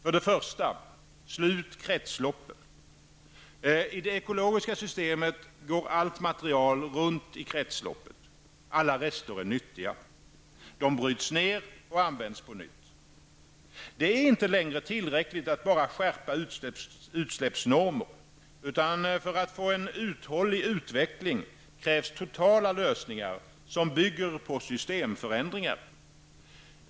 I det ekologiska systemet går allt material runt i kretsloppet, alla rester är nyttiga. De bryts ned och används på nytt. Det är inte längre tillräckligt att bara skärpa utsläppsnormer, utan för att få en uthållig utveckling krävs totala lösningar som bygger på systemförändringar.